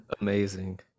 amazing